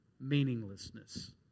Meaninglessness